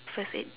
first aid